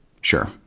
sure